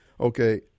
Okay